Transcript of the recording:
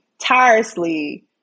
tirelessly